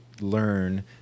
learn